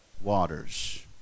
waters